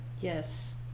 yes